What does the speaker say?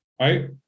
right